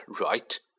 right